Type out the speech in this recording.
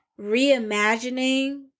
reimagining